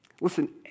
Listen